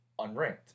unranked